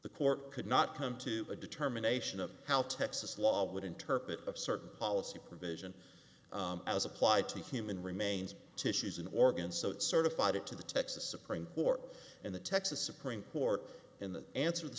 the court could not come to a determination of how texas law would interpret a certain policy provision as applied to human remains tissues and organs so it certified it to the texas supreme court and the texas supreme court in the answer t